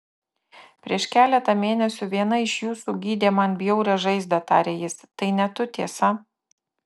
prieš keletą mėnesių viena iš jūsų gydė man bjaurią žaizdą tarė jis tai ne tu tiesa